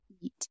eat